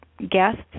guests